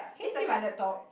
can it fit my laptop